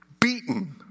beaten